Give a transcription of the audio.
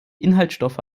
inhaltsstoffe